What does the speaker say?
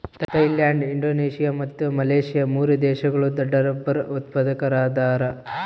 Thailand Indonesia ಮತ್ತು Malaysia ಮೂರು ದೇಶಗಳು ದೊಡ್ಡರಬ್ಬರ್ ಉತ್ಪಾದಕರದಾರ